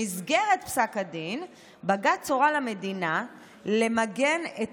במסגרת פסק הדין בג"ץ הורה למדינה למגן את